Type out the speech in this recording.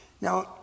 Now